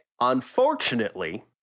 unfortunately